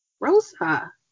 Rosa